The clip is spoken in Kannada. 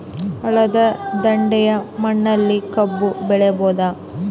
ಹಳ್ಳದ ದಂಡೆಯ ಮಣ್ಣಲ್ಲಿ ಕಬ್ಬು ಬೆಳಿಬೋದ?